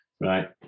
right